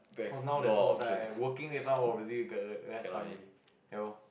cause now there's more time working next time obviously less time already ya loh